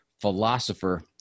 philosopher